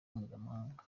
mpuzamahanga